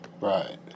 Right